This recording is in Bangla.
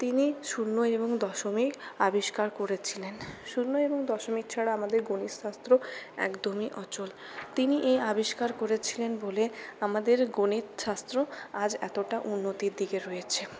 তিনি শূন্য এবং দশমিক আবিষ্কার করেছিলেন শূন্য এবং দশমিক ছাড়া আমাদের গণিত শাস্ত্র একদমই অচল তিনি এই আবিষ্কার করেছিলেন বলে আমাদের গণিত শাস্ত্র আজ এতটা উন্নতির দিকে রয়েছে